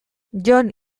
jon